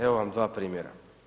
Evo vam dva primjera.